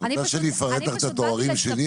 את רוצה שאני אפרט לך את התארים שלי?